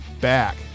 back